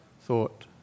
thought